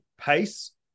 pace